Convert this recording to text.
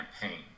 campaign